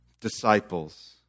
disciples